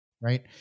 right